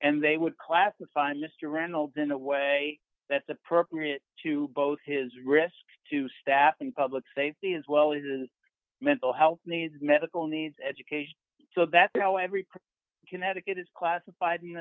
and they would classify mr reynolds in a way that's appropriate to both his risks to staff and public safety as well as his mental health needs medical needs education so that now every connecticut is classified